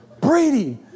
Brady